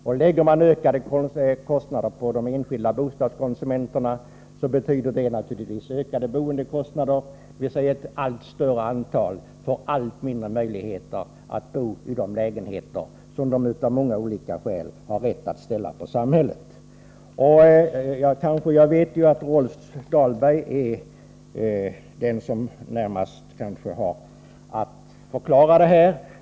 Och lägger man ökade kostnader på de enskilda bostadskonsumenterna, betyder det naturligtvis ökade boendekostnader — dvs. ett allt större antal människor får allt mindre möjligheter att bo i de lägenheter som de av många olika skäl har rätt att kräva av samhället. Rolf Dahlberg är kanske den som närmast har att förklara det här.